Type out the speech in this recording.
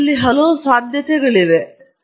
ಅದರಲ್ಲಿ ಹಲವು ಸಾಧ್ಯತೆಗಳಿವೆ